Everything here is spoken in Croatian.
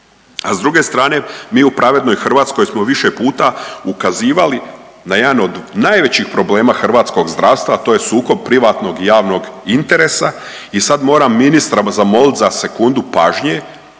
a s druge strane, mi u pravednoj Hrvatskoj smo više puta ukazivali na jedan od najvećih problema hrvatskog zdravstva, a to je sukob privatnog i javnog interesa i sad moram ministra zamoliti za sekundu pažnje